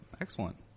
excellent